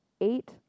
eight